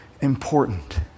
important